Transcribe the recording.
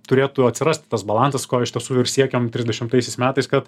turėtų atsirasti tas balansas ko iš tiesų ir siekiam trisdešimtaisiais metais kad